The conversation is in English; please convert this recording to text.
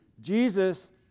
Jesus